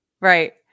right